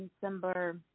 December